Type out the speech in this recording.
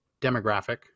demographic